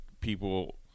people